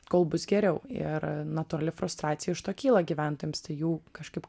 kol bus geriau ir natūrali frustracija iš to kyla gyventojams tai jų kažkaip